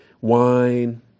wine